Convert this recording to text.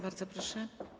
Bardzo proszę.